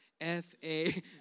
F-A